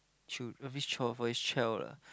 should love each child for each child lah